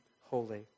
holy